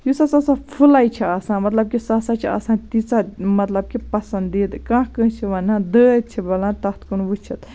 یُس ہسا سۄ پھٕلاے چھِ آسان مطلب کہِ سۄ ہسا چھِ آسان تیٖژاہ مطلب کہِ پَسندیٖدٕ کانٛہہ کٲنسہِ چھِ وَنان دٲدۍ چھِ بَلان تَتھ کُن وُچھِتھ